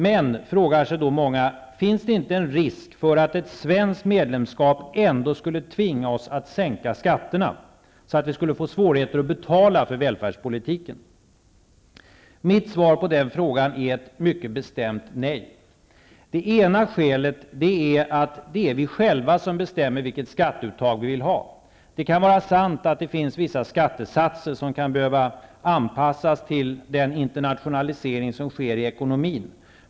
Men, frågar sig många, finns det inte en risk för att ett svenskt medlemskap ändå skulle tvinga oss att sänka skatterna, så att vi skulle få svårigheter att betala för välfärdspolitiken? Mitt svar på den frågan är ett mycket bestämt nej. Det ena skälet är att det är vi själva som bestämmer vilket skatteuttag vi vill ha. Det kan vara sant att det finns vissa skattesatser som kan behöva anpassas till den internationalisering som sker i ekonomin.